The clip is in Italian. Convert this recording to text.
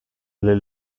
alle